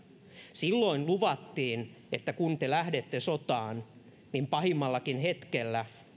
silloin luvattiin että kun te lähdette sotaan niin pahimmallakin hetkellä